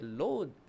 load